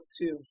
Two